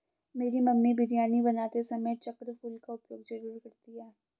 मेरी मम्मी बिरयानी बनाते समय चक्र फूल का उपयोग जरूर करती हैं